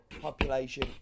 population